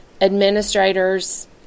administrators